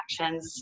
actions